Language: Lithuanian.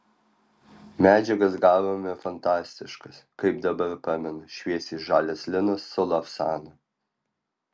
medžiagas gavome fantastiškas kaip dabar pamenu šviesiai žalias linas su lavsanu